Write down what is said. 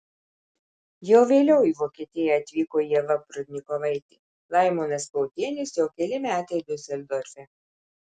jau vėliau į vokietiją atvyko ieva prudnikovaitė laimonas pautienius jau keli metai diuseldorfe